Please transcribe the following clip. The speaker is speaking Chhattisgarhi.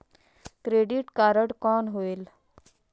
क्रेडिट कारड कौन होएल?